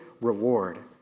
reward